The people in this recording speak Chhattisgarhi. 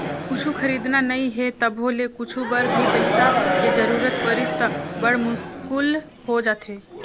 कुछु खरीदना नइ हे तभो ले कुछु बर भी पइसा के जरूरत परिस त बड़ मुस्कुल हो जाथे